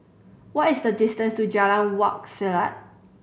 what is the distance to Jalan Wak Selat